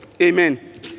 Amen